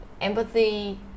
empathy